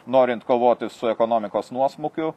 norint kovoti su ekonomikos nuosmukiu